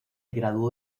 graduó